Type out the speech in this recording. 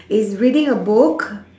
is reading a book